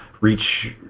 reach